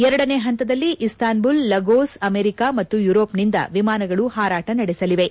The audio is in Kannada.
ಎರಡನೇ ಹಂತದಲ್ಲಿ ಇಸ್ತಾನ್ಬುಲ್ ಲಗೋಸ್ ಅಮೆರಿಕ ಮತ್ತು ಯೂರೋಪ್ನಿಂದ ವಿಮಾನಗಳು ಹಾರಾಟ ನಡೆಸಲಿವೆ